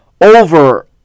over